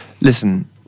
Listen